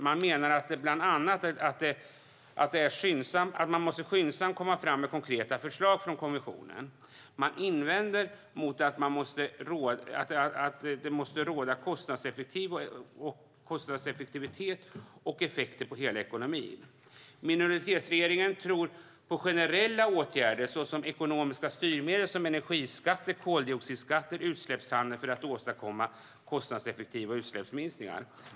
Man menar bland annat att kommissionen skyndsamt måste komma fram med konkreta förslag. Man invänder mot att det måste råda kostnadseffektivitet och effekter på hela ekonomin. Minoritetsregeringen tror på generella åtgärder såsom ekonomiska styrmedel som energiskatter, koldioxidskatter och utsläppshandel för att åstadkomma kostnadseffektiva utsläppsminskningar.